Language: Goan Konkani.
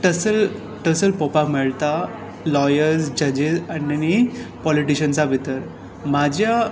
टसल पळोवपाक मेळटा लॉयर्स जजीस आनी पोलिटिशन्सां भितर म्हाज्या